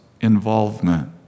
involvement